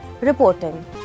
reporting